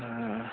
ਹਾਂ